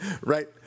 right